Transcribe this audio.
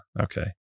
Okay